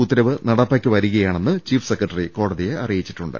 ഉത്തരവ് നടപ്പാക്കിവരികയാണെന്ന് chief secretary കോടതിയെ അറി യിച്ചിട്ടുണ്ട്